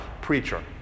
preacher